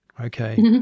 Okay